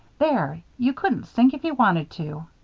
there! you couldn't sink if you wanted to.